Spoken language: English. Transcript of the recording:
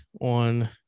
on